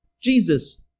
Jesus